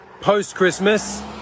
post-Christmas